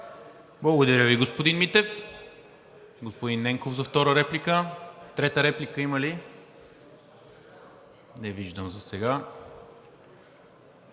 Благодаря Ви, господин Митев. Господин Ненков за втора реплика. Трета реплика има ли? Не виждам засега.